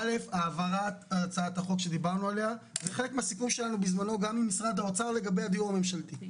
כי זה אומר שאני